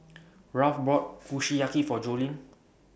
Ralph bought Kushiyaki For Jolene